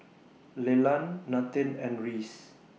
Leland Nathen and Reese